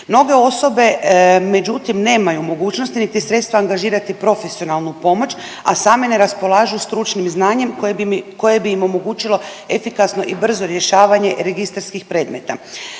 Mnoge osobe međutim nemaju mogućnost, niti sredstva angažirati profesionalnu pomoć, a same ne raspolažu stručnim znanjem koje bi im omogućilo efikasno i brzo rješavanje registarskih predmeta.